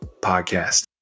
podcast